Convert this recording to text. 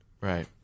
Right